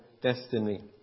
destiny